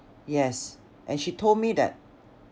yes and she told me that